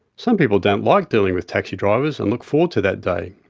some people don't like dealing with taxi drivers, and look forward to that day.